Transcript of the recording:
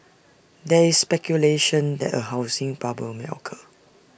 there is speculation that A housing bubble may occur